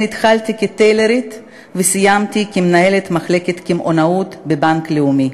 התחלתי כטלרית וסיימתי כמנהלת מחלקת קמעונאות בבנק לאומי.